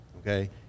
Okay